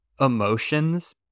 emotions